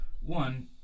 one